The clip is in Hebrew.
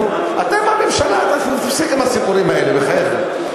נו, אתם בממשלה, תפסיק עם הסיפורים האלה, בחייך.